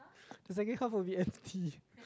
the second half a bit empty